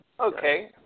Okay